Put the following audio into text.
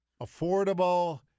Affordable